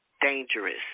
dangerous